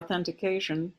authentication